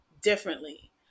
differently